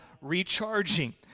recharging